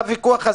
אז.